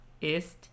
ist